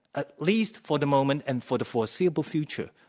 at least for the moment and for the foreseeable future,